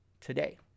today